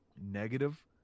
negative